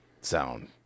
sound